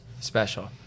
Special